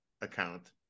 account